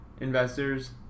investors